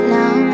now